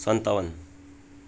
सन्तावन